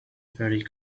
very